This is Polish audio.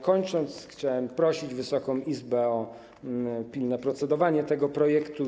Kończąc, chciałem prosić Wysoką Izbę o pilne procedowanie tego projektu.